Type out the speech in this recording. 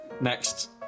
next